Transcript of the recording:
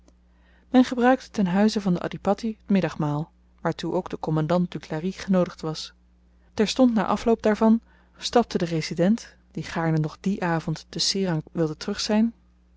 men gebruikte ten huize van den adhipatti t middagmaal waartoe ook de kommandant duclari genoodigd was terstond na afloop daarvan stapte de resident die gaarne nog dien avend te serang wilde terug zyn